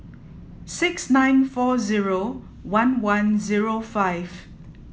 six nine four zero one one zero five